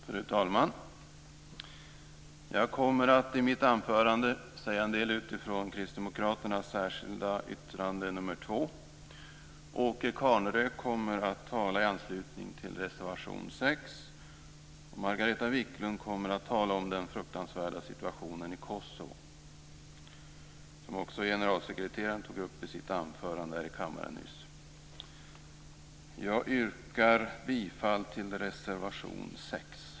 Fru talman! Jag kommer i mitt anförande att säga en del utifrån kristdemokraternas särskilda yttrande nr 2. Åke Carnerö kommer att tala om reservation nr 6, och Margareta Viklund kommer att tala om den fruktansvärda situationen i Kosovo, som också FN:s generalsekreterare tog upp i sitt anförande här i kammaren nyss. Jag yrkar bifall till reservation 6.